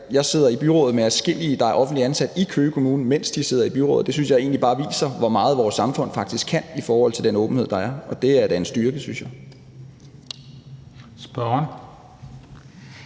jeg sidder i byrådet med adskillige, der er offentligt ansatte i Køge Kommune, mens de sidder i byrådet, og det synes jeg egentlig bare viser, hvor meget vores samfund faktisk kan i forhold til den åbenhed, der er, og det er da en styrke, synes jeg. Kl.